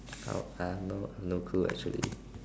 I have no no clue actually